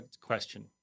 question